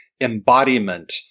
embodiment